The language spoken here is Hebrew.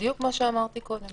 בדיוק מה שאמרתי קודם.